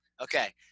Okay